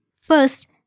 First